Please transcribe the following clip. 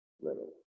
little